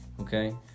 Okay